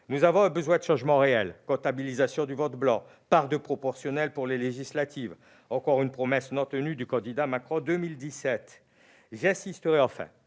Nous avons un besoin de changement réel : comptabilisation du vote blanc, part de proportionnelle pour les élections législatives- encore une promesse non tenue du candidat Macron de 2017 ... J'insisterai enfin